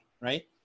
right